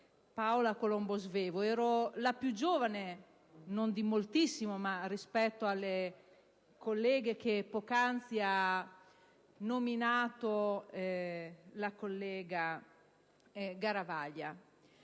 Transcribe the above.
Paola Colombo Svevo. Ero la più giovane, non di moltissimo, rispetto alle colleghe che poc'anzi ha nominato la collega Garavaglia,